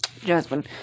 Jasmine